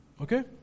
Okay